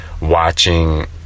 watching